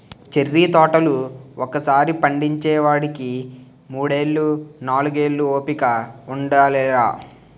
cherry తోటలు ఒకసారి పండించేవోడికి మూడేళ్ళు, నాలుగేళ్ళు ఓపిక ఉండాలిరా